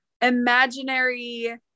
imaginary